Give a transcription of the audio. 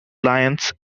lions